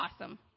awesome